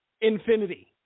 infinity